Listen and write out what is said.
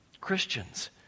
Christians